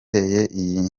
iyi